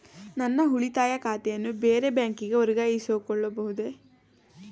ನನ್ನ ಉಳಿತಾಯ ಖಾತೆಯನ್ನು ಬೇರೆ ಬ್ಯಾಂಕಿಗೆ ವರ್ಗಾಯಿಸಿಕೊಳ್ಳಬಹುದೇ?